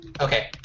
Okay